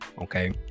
okay